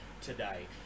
today